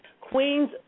Queens